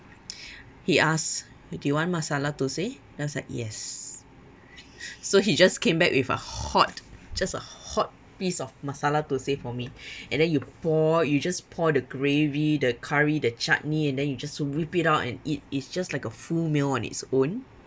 he asked do you want masala thosai I was like yes so he just came back with a hot just a hot piece of masala thosai for me and then you pour you just pour the gravy the curry the chutney and then you just rip it out and eat it's just like a full meal on its own